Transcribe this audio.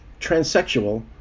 Transsexual